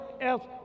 else